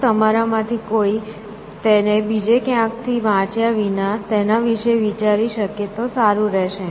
જો તમારામાંથી કોઈ તેને બીજે ક્યાંકથી વાંચ્યા વિના તેના વિશે વિચારી શકે તો સારું રહેશે